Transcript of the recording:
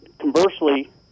Conversely